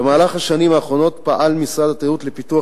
במהלך השנים האחרונות פעל משרד התיירות לפיתוח